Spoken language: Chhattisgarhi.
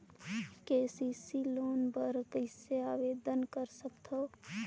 के.सी.सी लोन बर कइसे आवेदन कर सकथव?